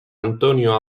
antonio